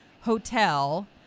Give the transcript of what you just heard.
Hotel